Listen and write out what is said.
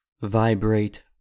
vibrate